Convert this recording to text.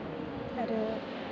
आरो